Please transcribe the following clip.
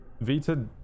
Vita